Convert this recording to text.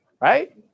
Right